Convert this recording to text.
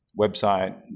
website